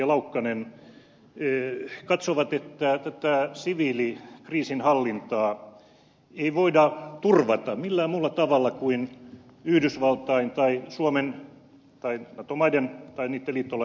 laukkanen katsovat että siviilikriisinhallintaa ei voida turvata millään muulla tavalla kuin yhdysvaltain tai suomen tai nato maiden tai niitten liittolaisten joukoin